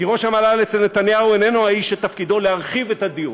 כי ראש המל"ל אצל נתניהו איננו האיש שתפקידו להרחיב את הדיון,